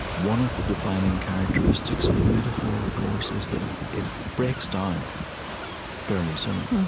one of the defining characteristics of a metaphor, of course, is that it it breaks down fairly soon.